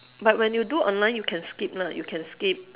but when you do online you can skip lah you can skip